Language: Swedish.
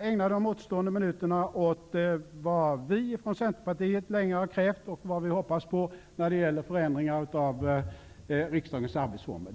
ägna de återstående minuterna åt vad vi i Centerpartiet länge har krävt och vad vi hoppas på när det gäller förändringar av riksdagens arbetsformer.